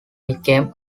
became